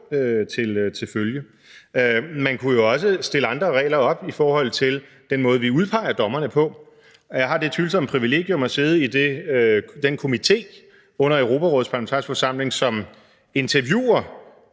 til følge. Man kunne jo også stille andre regler op i forhold til den måde, vi udpeger dommerne på. Jeg har det tvivlsomme privilegium at sidde i den komité under Europarådets Parlamentariske Forsamling, som interviewer